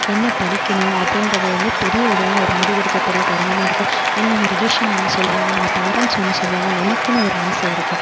என்ன படிக்கணும் அப்படின்றதை வந்து பெரிய இதுவா ஒரு முடிவெடுக்க கூடிய தருணமாக இருக்கும் ஏனால் நம்ம ரிலேஷன் ஒன்று சொல்வாங்க நம்ம பேரன்ட்ஸ் ஒன்று சொல்வாங்க நமக்குனு ஒரு ஆசை இருக்கும்